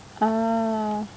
ah